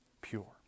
pure